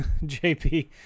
JP